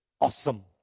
awesome